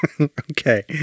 Okay